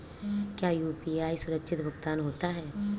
क्या यू.पी.आई सुरक्षित भुगतान होता है?